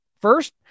First